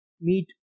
meet